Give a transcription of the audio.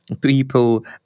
people